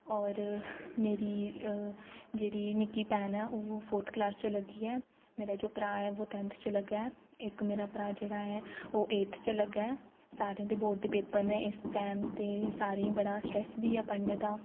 होर मेरी जेह्ड़ी निक्की भैन ऐ ओह फोर्थ क्लास च लग्गी ऐ मेरा जो भ्राऽ ऐ वो टेन्थ च लग्गा ऐ इक मेरा भ्राऽ जेह्ड़ा ऐ ओह् एठत च लग्गा ऐ सारे दे बोर्ड दे पेपर न ऐस टैम ते सारें ई बड़ा स्ट्रैस बी ऐ पढ़ने दा